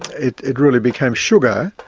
it it really became sugar.